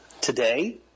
today